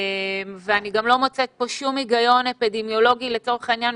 אני גם לא מוצאת פה שום היגיון אפידמיולוגי לצורך העניין.